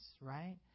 right